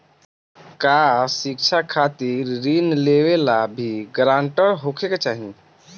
का शिक्षा खातिर ऋण लेवेला भी ग्रानटर होखे के चाही?